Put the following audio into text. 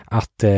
att